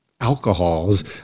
alcohols